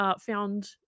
found